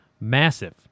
massive